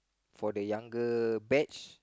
for the younger batch